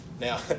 Now